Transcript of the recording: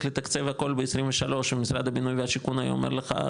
לתקצב הכול ב-23 ומשרד הבינוי והשיכון היה אומר לך,